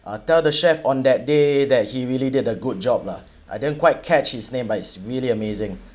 uh tell the chef on that day that he really did a good job lah I didn't quite catch his name but it's really amazing